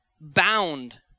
bound